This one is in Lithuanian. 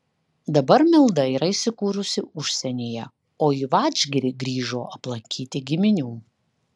dabar milda yra įsikūrusi užsienyje o į vadžgirį grįžo aplankyti giminių